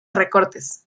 recortes